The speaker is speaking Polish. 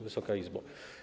Wysoka Izbo!